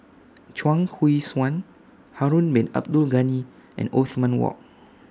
Chuang Hui Tsuan Harun Bin Abdul Ghani and Othman Wok